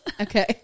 Okay